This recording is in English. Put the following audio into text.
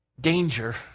danger